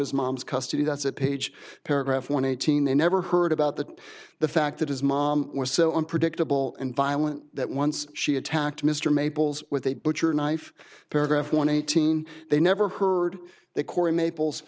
his mom's custody that's it page paragraph one eighteen they never heard about that the fact that his mom was so unpredictable and violent that once she attacked mr maples with a butcher knife paragraph one eighteen they never heard that corey maples